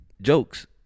jokes